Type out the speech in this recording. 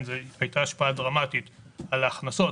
הייתה השפעה דרמטית על ההכנסות.